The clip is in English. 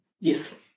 Yes